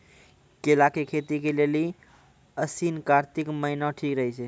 केला के खेती के लेली आसिन कातिक महीना ठीक रहै छै